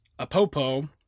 Apopo